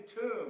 tomb